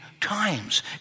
times